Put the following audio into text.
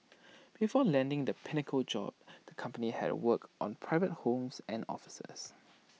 before landing the pinnacle job the company had worked on private homes and offices